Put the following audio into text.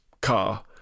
car